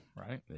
Right